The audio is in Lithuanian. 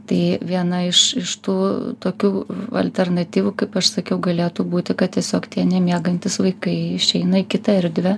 tai viena iš iš tų tokių alternatyvų kaip aš sakiau galėtų būti kad tiesiog tie nemiegantys vaikai išeina į kitą erdvę